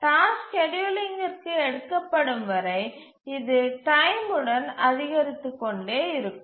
திட்டமிடலுக்கு task ஸ்கேட்யூலிங்கிற்கு எடுக்கப்படும் வரை இது டைம் உடன் அதிகரித்துக்கொண்டே இருக்கும்